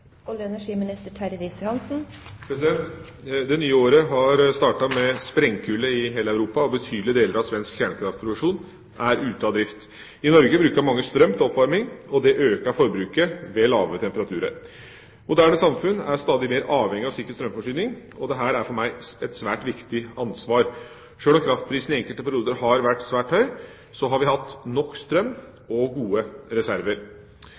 Det nye året har startet med sprengkulde i hele Europa, og betydelige deler av svensk kjernekraftproduksjon er ute av drift. I Norge bruker mange strøm til oppvarming, og det øker forbruket ved lave temperaturer. Moderne samfunn er stadig mer avhengig av sikker strømforsyning, og dette er for meg et svært viktig ansvar. Sjøl om kraftprisen i enkelte perioder har vært svært høy, har vi hatt nok strøm og gode reserver.